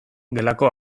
gelako